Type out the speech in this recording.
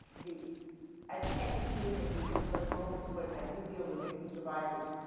the i think i keep doing it because of those moments when i do deal with victims survivors.